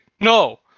No